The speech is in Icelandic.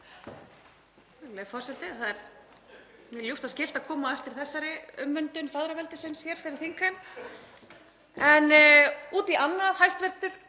Það er mér ljúft og skylt að koma eftir þessari umvöndun feðraveldisins hér fyrir þingheim. En að öðru. Hæstv.